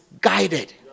guided